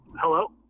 Hello